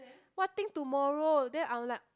what thing tomorrow then I'm like